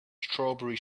strawberry